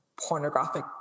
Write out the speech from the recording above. pornographic